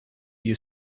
you